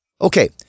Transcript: Okay